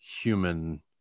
human